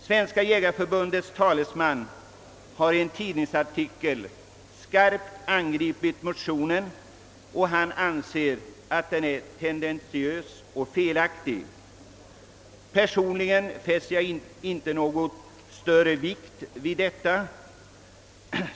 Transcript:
Svenska jägareförbundets talesman har i en tidningsartikel skarpt angripit motionen, och han anser att den är tendentiös och felaktig. Personligen fäster jag inte någon större vikt vid detta.